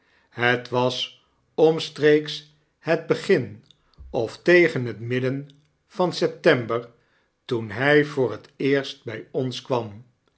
het was omstreeks het begin of tegen het midden van september toen hy voor het eerst by ons kwam